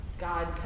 God